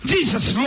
Jesus